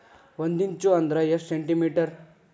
ಒಂದಿಂಚು ಅಂದ್ರ ಎಷ್ಟು ಸೆಂಟಿಮೇಟರ್?